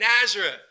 Nazareth